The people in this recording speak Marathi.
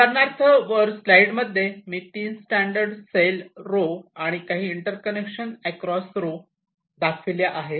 उदाहरणार्थ वर लाईट मध्ये मी 3 स्टॅंडर्ड सेल रो आणि काही इंटर्कनेक्शन अक्रॉस रो दाखविल्या आहे